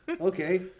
Okay